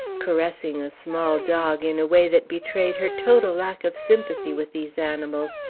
caressing a small dog in a way that betrayed her total lack of sympathy with these animals,